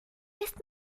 ist